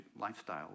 lifestyle